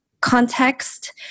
context